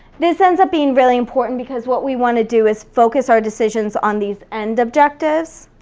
this ends up being really important because what we wanna do is focus our decisions on these end objectives